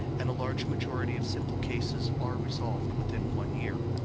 and a large majority of simple cases are resolved within one year.